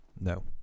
no